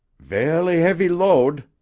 velly heavy load,